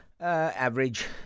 Average